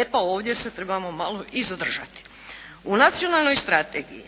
E pa ovdje se trebamo malo i zadržati. U nacionalnoj strategiji